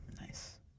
Nice